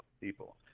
people